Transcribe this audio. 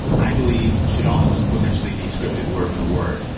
i believe should almost potentially be scripted word-for-word.